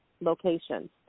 locations